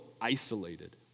isolated